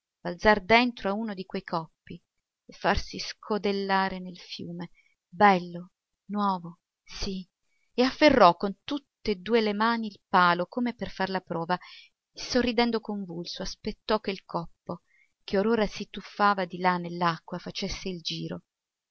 balzar dentro a uno di quei coppi e farsi scodellare nel fiume bello nuovo sì e afferrò con tutt'e due le mani il palo come per far la prova e sorridendo convulso aspettò che il coppo che or ora si tuffava di là nell'acqua facesse il giro